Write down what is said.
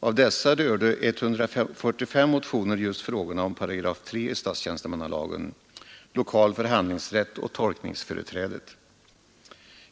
Av dessa behandlade 145 motioner just frågorna om 38 i statstjänstemannalagen, lokal förhandlingsrätt och tolkningsföreträdet.